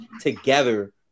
together